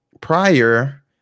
prior